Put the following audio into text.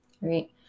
right